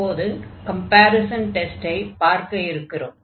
இப்போது கம்பேரிஸன் டெஸ்டை பார்க்க இருக்கிறோம்